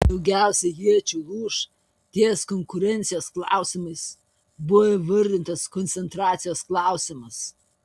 daugiausiai iečių lūš ties konkurencijos klausimais buvo įvardintas koncentracijos klausimas